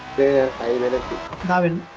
the bombing